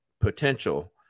potential